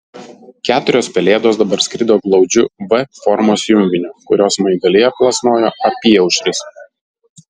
keturios pelėdos dabar skrido glaudžiu v formos junginiu kurio smaigalyje plasnojo apyaušris